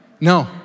No